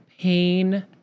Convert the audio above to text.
pain